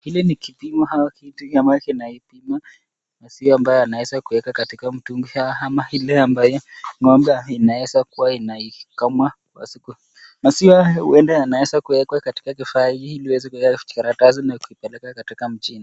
Hili ni kipimo au kitu ambacho kinaipima maziwa mbayo anaweza kuweka katika mtungi ama ile ambayo ng'ombe inaweza kua inaikamua kwa siku, maziwa huenda yanaweza kuwekwa katika kifaa hii ili iweze kuweka kwa vijikaratasi na kuweza kuipeleka katika mjini.